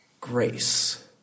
Grace